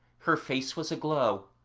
her face was aglow,